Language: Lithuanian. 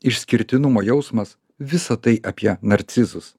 išskirtinumo jausmas visa tai apie narcizus